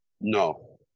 No